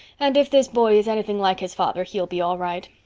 and if this boy is anything like his father he'll be all right.